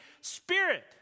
spirit